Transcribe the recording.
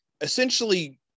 essentially